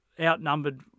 outnumbered